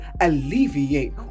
alleviate